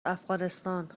افغانستان